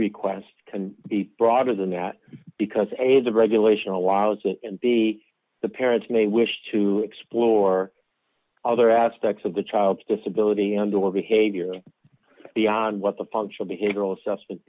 request can be broader than that because a the regulation allows it be the parents may wish to explore other aspects of the child's disability and or behavior beyond what the functional behavioral assessment